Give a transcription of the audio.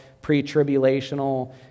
pre-tribulational